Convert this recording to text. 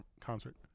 concert